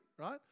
Right